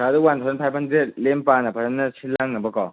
ꯁꯥꯔ ꯑꯗꯨ one thousand five hundred ꯂꯦꯝꯄꯥꯅ ꯐꯖꯅ ꯁꯤꯟꯂꯥꯡꯅꯕꯀꯣ